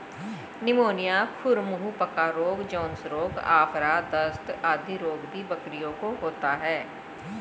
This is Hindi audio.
निमोनिया, खुर मुँह पका रोग, जोन्स रोग, आफरा, दस्त आदि रोग भी बकरियों को होता है